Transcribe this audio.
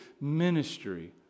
ministry